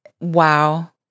wow